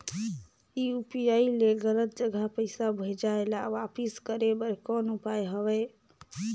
UPI ले गलत जगह पईसा भेजाय ल वापस करे बर कौन उपाय हवय?